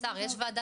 יש ועדה